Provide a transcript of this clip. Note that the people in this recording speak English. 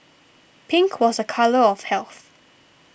pink was a colour of health